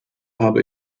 habe